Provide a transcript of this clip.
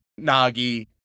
Nagi